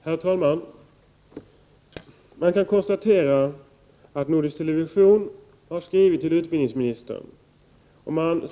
Stiftelsen Västerbottensmusiken har stora ekonomiska bekymmer.